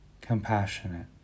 compassionate